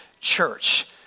church